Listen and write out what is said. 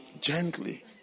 Gently